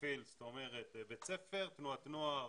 זאת אומרת בית ספר, תנועת נוער